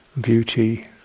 beauty